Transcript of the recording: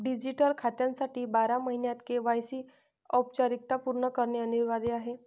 digital खात्यासाठी बारा महिन्यांत के.वाय.सी औपचारिकता पूर्ण करणे अनिवार्य आहे